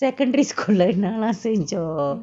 secondary school leh என்னலாம் செஞ்சோம்:ennalaam senjom